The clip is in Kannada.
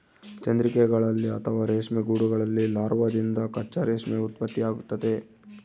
ಚಂದ್ರಿಕೆಗಳಲ್ಲಿ ಅಥವಾ ರೇಷ್ಮೆ ಗೂಡುಗಳಲ್ಲಿ ಲಾರ್ವಾದಿಂದ ಕಚ್ಚಾ ರೇಷ್ಮೆಯ ಉತ್ಪತ್ತಿಯಾಗ್ತತೆ